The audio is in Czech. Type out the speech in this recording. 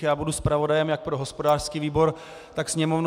Já budu zpravodajem jak pro hospodářský výbor, tak Sněmovnu.